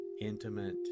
intimate